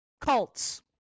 cults